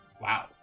Wow